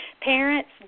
Parents